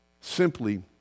simply